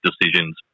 decisions